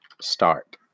start